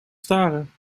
staren